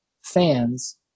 fans